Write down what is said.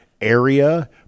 area